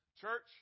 Church